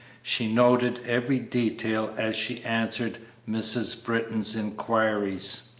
she noted every detail as she answered mrs. britton's inquiries,